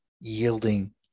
yielding